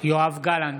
יואב גלנט,